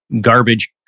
garbage